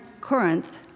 Corinth